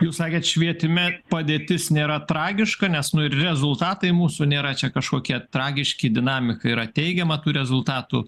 jūs sakėt švietime padėtis nėra tragiška nes rezultatai mūsų nėra čia kažkokie tragiški dinamika yra teigiama tų rezultatų